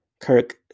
Kirk